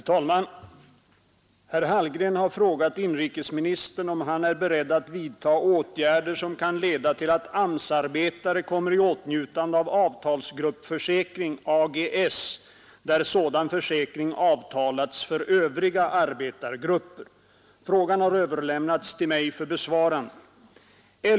Herr talman! Herr Hallgren har frågat inrikesministern om han är beredd att vidta åtgärder som kan leda till att AMS-arbetare kommer i åtnjutande av avtalsgruppsjukfö ring där sådan försäkring avtalats för övriga arbetargrupper. Frågan har överlämnats till mig för besvarande.